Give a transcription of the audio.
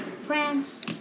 France